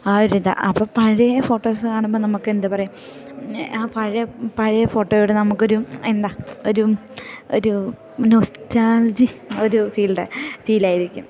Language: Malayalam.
ആ ഒരു ഇതാ അപ്പം പഴയ ഫോട്ടോസ് കാണുമ്പോൾ നമുക്ക് എന്താ പറയുക ആ പഴയ പഴയ ഫോട്ടോയോട് നമുക്കൊരു എന്താ ഒരു ഒരു നോസ്റ്റാൽജി ഒരു ഫീൽഡ് ഫീലായിരിക്കും